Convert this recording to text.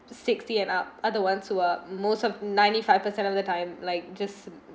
sixty and up are the ones who are most of ninety five percent of the time like just